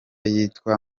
yitwa